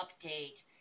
update